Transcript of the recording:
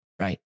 right